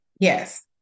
Yes